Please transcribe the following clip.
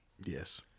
Yes